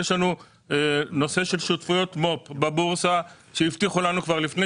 יש לנו נושא של שותפויות מו"פ בבורסה שהבטיחו לנו כבר לפני